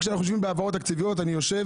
כשאנחנו יושבים על העברות תקציביות - אני יושב